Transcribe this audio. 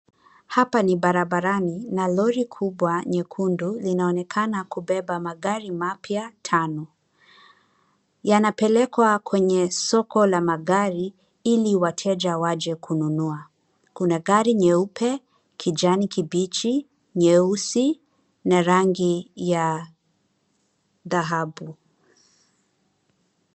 Hapa ni barabarani na lori kubwa nyekundu linaonekana kubeba magari mapya tano. Yanapelekwa kwenye soko la magari ili wateja waje kununua. Kuna gari nyeupe, kijani kibichi, nyeusi na rangi ya dhahabu.